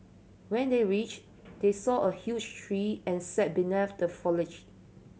when they reach they saw a huge tree and sat beneath the foliage